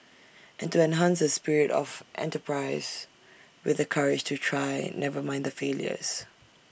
and to enhance the spirit of enterprise with the courage to try never mind the failures